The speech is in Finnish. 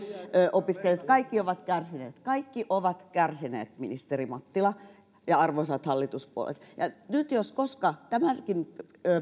opiskelijat kaikki ovat kärsineet kaikki ovat kärsineet ministeri mattila ja arvoisat hallituspuolueet ja nyt jos koskaan tämänkin